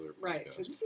Right